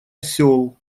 осел